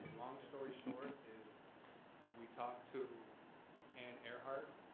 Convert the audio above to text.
long story short is we talked to ann eirhardt.